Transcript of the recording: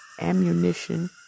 ammunition